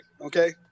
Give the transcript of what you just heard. okay